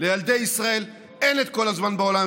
לילדי ישראל אין את כל הזמן בעולם,